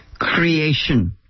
creation